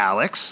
Alex